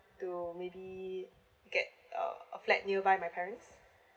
to maybe get uh flat nearby my parents